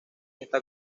está